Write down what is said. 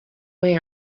way